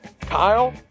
Kyle